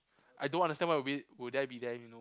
I don't understand why we will there be there you know